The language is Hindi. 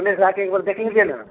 अपने से आकर एक बार देख लीजिए ना